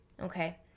Okay